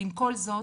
ועם כל זאת,